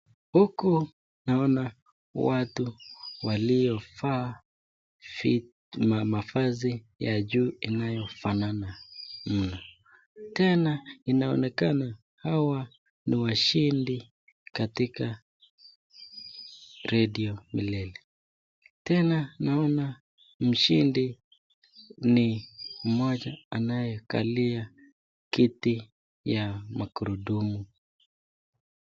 Huku naona watu waliofaa mafasi ya juu inayofanana, tena wanaonekana hawa ni washindi katika redio milele, tena naona mshindi ni moja anayekalia kiti ya magurudumu.